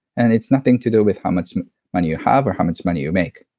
and it's nothing to do with how much money you have or how much money you make.